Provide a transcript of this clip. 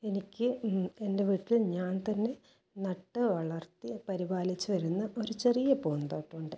എനിക്ക് എൻ്റെ വീട്ടിൽ ഞാൻ തന്നെ നട്ടു വളർത്തി പരിപാലിച്ച് വരുന്ന ഒരു ചെറിയ പൂന്തോട്ടമുണ്ട്